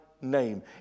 name